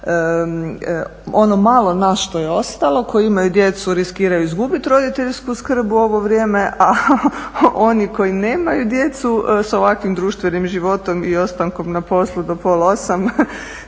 ono malo nas što je ostalo, koji imaju djecu riskiraju izgubiti roditeljsku skrb u ovo vrijeme a oni koji nemaju s ovakvim društvenim životom i ostankom na poslu do pola